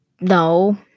no